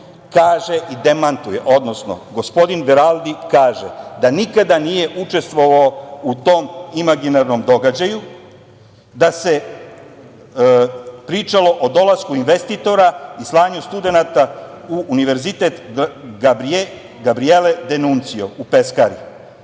kaže i demantuje, odnosno gospodin Veraldi kaže da nikada nije učestvovao u tom imaginarnom događaju, da se pričalo o dolasku investitora i slanju studenata u Univerzitet „Gabrijele Denuncio“ u Peskari,